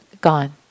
gone